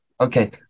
Okay